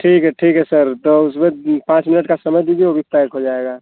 ठीक है ठीक है सर तो उसमें पाँच मिनट का समय दीजिए वो भी पैक हो जाएगा